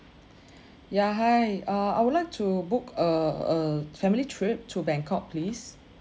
ya hi uh I would like to book uh a family trip to bangkok please